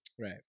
Right